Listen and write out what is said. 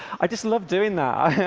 i just love doing that.